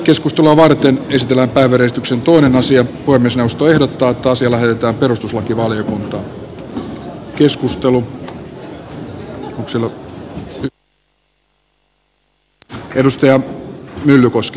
keskustelua varten ystävänpäiväristuksen tuon asian voi myös puhemiesneuvosto ehdottaa että asia lähetetään perustuslakivaliokuntaan